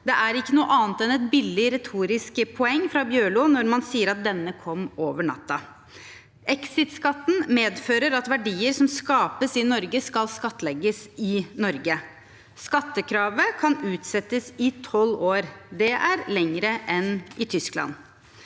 Det er ikke noe annet enn et billig retorisk poeng fra Bjørlo når man sier at denne kom over natten. Exit-skatten medfører at verdier som skapes i Norge, skal skattlegges i Norge. Skattekravet kan utsettes i tolv år. Det er lenger enn i Tyskland.